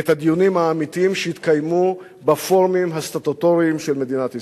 את הדיונים האמיתיים שהתקיימו בפורומים הסטטוטוריים של מדינת ישראל?